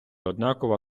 однакова